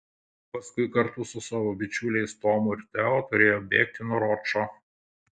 paskui kartu su savo bičiuliais tomu ir teo turėjo bėgti nuo ročo